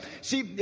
See